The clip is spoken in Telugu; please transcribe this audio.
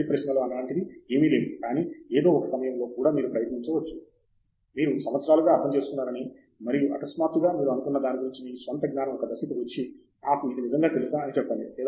వెర్రి ప్రశ్నలు వంటివి ఏవీ లేవు కానీ ఏదో ఒక సమయంలో కూడా మీరు ప్రశ్నించవచ్చు మీరు సంవత్సరాలుగా అర్థం చేసుకున్నారని మరియు అకస్మాత్తుగా మీరు అనుకున్న దాని గురించి మీ స్వంత జ్ఞానం ఒక దశకు వచ్చి నాకు ఇది నిజంగా తెలుసా అని చెప్పండి